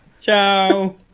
ciao